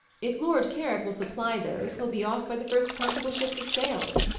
if lord carrick will supply those, he'll be off by the first comfortable ship that sails.